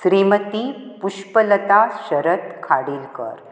Shrimati Pushpalata Sharad Khadilkar